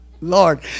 Lord